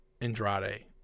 Andrade